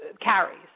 carries